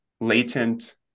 latent